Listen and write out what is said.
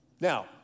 Now